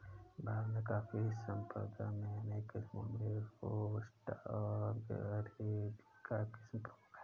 भारत में कॉफ़ी संपदा में अनेक किस्मो में रोबस्टा ओर अरेबिका किस्म प्रमुख है